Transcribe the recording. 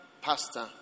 pastor